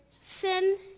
sin